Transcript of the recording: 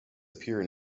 appear